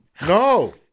No